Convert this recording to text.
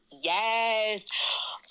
Yes